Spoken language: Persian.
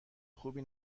خوبی